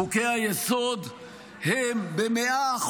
חוקי-היסוד הם ב-100%,